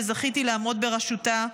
שזכיתי לעמוד בראשותה,